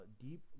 deep